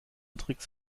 tricks